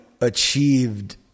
achieved